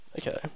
Okay